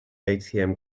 atm